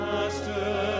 Master